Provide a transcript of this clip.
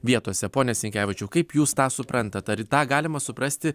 vietose pone sinkevičiau kaip jūs tą suprantat ar tą galima suprasti